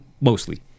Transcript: mostly